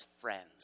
friends